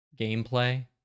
gameplay